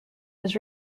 was